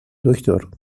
دکتر